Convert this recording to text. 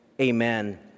amen